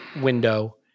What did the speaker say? window